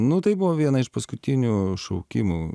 nu tai buvo viena iš paskutinių šaukimų